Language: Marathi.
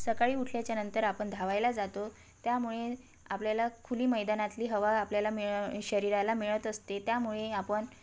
सकाळी उठल्याच्यानंतर आपण धावायला जातो त्यामुळे आपल्याला खुली मैदानातली हवा आपल्याला मिळ शरीराला मिळत असते त्यामुळे आपण